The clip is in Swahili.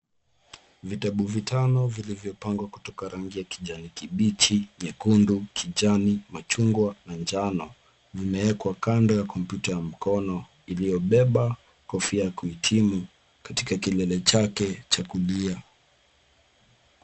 Vitabu vitano vilivyopangwa kutoka rangi wa kijani kibichi, nyekundu, kijani, machungwa na njano vimewekwa kando ya kompyuta ya mkono iliyobeba kofia ya kuhitimu katika kilele chake cha kulia.